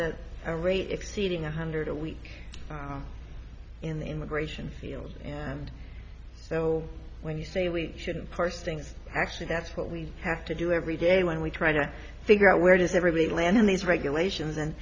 that i rate exceeding one hundred a week in the immigration field and so when you say we shouldn't parse things actually that's what we have to do every day when we try to figure out where does everybody land in these regulations and